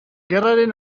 gerraren